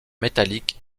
métalliques